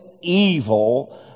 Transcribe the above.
evil